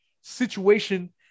situation